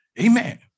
amen